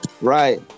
right